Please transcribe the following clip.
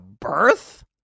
birth